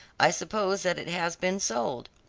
i suppose that it has been sold.